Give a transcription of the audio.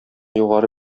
югары